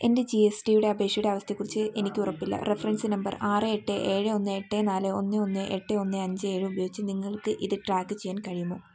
എൻ്റെ G S ടിയുടെ അപേക്ഷയുടെ അവസ്ഥയെക്കുറിച്ച് എനിക്ക് ഉറപ്പില്ല റഫറൻസ് നമ്പർ ആറ് എട്ട് ഏഴ് ഒന്ന് എട്ട് നാല് ഒന്ന് ഒന്ന് എട്ട് അഞ്ച് ഏഴ് ഉപയോഗിച്ച് നിങ്ങൾക്ക് ഇത് ട്രാക്ക് ചെയ്യാൻ കഴിയുമോ